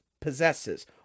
possesses